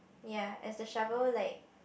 ya it's a shovel like